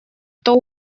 что